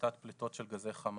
להפחתת פליטות של גזי חממה.